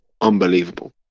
unbelievable